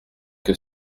que